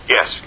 Yes